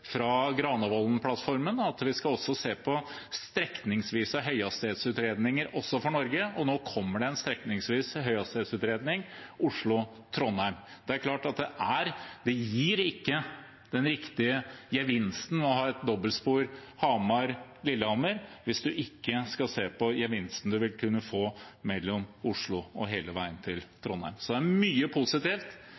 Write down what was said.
fra Granvolden-plattformen, om at vi skal se på strekningsvise høyhastighetsutredninger også for Norge, er fulgt opp i Nasjonal transportplan. Nå kommer det en strekningsvis høyhastighetsutredning for Oslo–Trondheim. Det er klart at det gir ikke den riktige gevinsten å ha et dobbeltspor Hamar–Lillehammer hvis man ikke skal se på gevinsten man vil kunne få fra Oslo og hele veien til